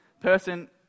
person